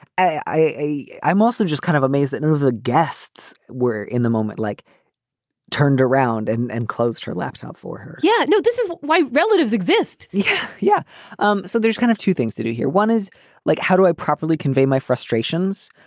i. i'm also just kind of amazed that none of the guests were in the moment like turned around and and closed her laptop for her yeah. no, this is why relatives exist yeah. yeah um so there's kind of two things to do here. one is like, how do i properly convey my frustrations?